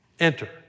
Enter